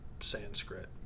Sanskrit